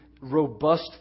robust